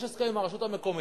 יש הסכם עם הרשות המקומית,